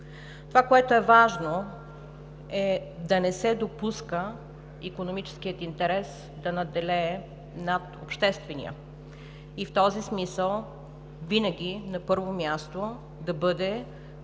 Това, което е важно, е да не се допуска икономическият интерес да надделее над обществения и в този смисъл винаги на първо място да бъде